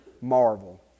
marvel